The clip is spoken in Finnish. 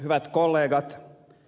hyvät kollegat